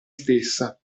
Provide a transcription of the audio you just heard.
stessa